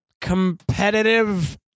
competitive